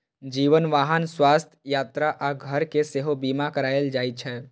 जीवन, वाहन, स्वास्थ्य, यात्रा आ घर के सेहो बीमा कराएल जाइ छै